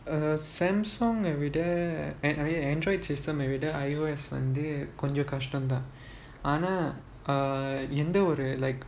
uh samsung விட:vida eh I mean android system விட கொஞ்சம் கஷ்டம் தான்:vida konjam kastam thaan I_O_S ஆனா எந்த ஒரு:aana entha oru like